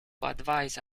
advise